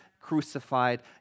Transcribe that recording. crucified